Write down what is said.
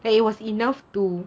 and it was enough to